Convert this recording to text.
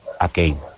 again